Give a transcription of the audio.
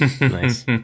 Nice